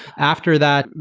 after that,